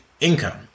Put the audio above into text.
income